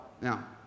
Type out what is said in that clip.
Now